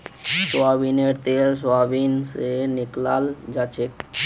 सोयाबीनेर तेल सोयाबीन स निकलाल जाछेक